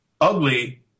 Ugly